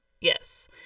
Yes